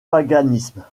paganisme